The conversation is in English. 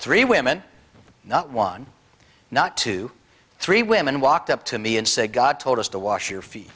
three women not one not two three women walked up to me and said god told us to wash your feet